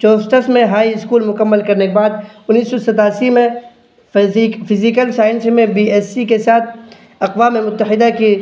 میں high school مکمل کرنے کے بعد انیس سو ستاسی میں فزیکل سائنس میں بی ایس سی کے ساتھ اقوام متحدہ کی